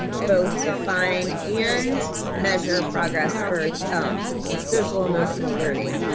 both define and measure progress for um social emotional learning.